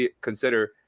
consider